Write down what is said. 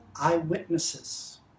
eyewitnesses